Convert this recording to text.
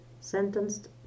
sentenced